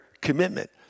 commitment